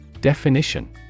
Definition